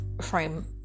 frame